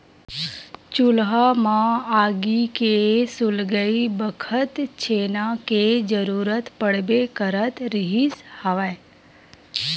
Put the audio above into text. चूल्हा म आगी के सुलगई बखत छेना के जरुरत पड़बे करत रिहिस हवय